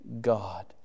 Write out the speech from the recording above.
God